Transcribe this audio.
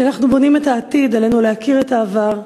כי כשאנחנו בונים את העתיד, עלינו להכיר את העבר,